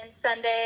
Sunday